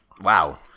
Wow